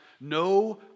no